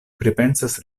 pripensas